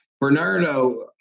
Bernardo